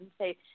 say